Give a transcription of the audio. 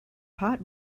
pot